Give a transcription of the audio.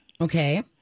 Okay